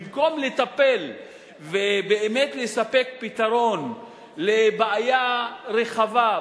במקום לטפל ולספק פתרון אמיתי לבעיה רחבה,